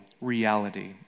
reality